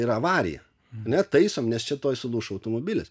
yra avarija ane taisom nes čia tuoj suduš automobilis